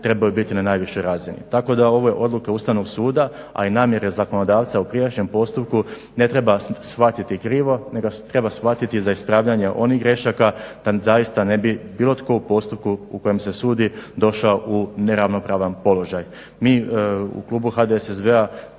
trebaju biti na najvišoj razini. Tako da ove odluke Ustavnog suda, a i namjere zakonodavca u prijašnjem postupku ne treba shvatiti krivo nego treba shvatiti za ispravljanje onih grešaka da zaista ne bi bilo tko u postupku u kojem se sudi došao u neravnopravan položaj. Mi u klubu HDSSB-a